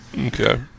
okay